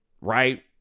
right